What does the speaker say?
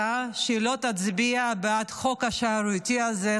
שהיא לא תצביע בעד החוק השערורייתי הזה,